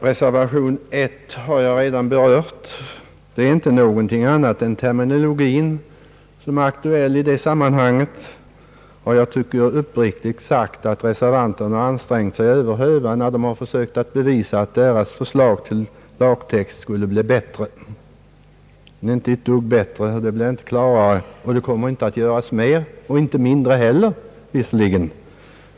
"Reservation I har jag redan berört. Den gäller ingenting annat än terminologin, och jag tycker uppriktigt sagt att reservanterna ansträngt sig över hövan när de försökt bevisa att deras förslag till lagtext skulle bli bättre. Det är inte ett dugg bättre — ingenting blir klarare, och det kommer inte att göras mer; visserligen inte heller mindre.